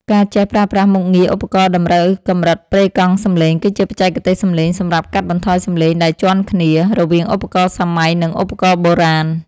ការចេះប្រើប្រាស់មុខងារ ឧបករណ៍តម្រូវកម្រិតប្រេកង់សំឡេង គឺជាបច្ចេកទេសសំខាន់សម្រាប់កាត់បន្ថយសំឡេងដែលជាន់គ្នា រវាងឧបករណ៍សម័យ និងឧបករណ៍បុរាណ។